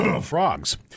Frogs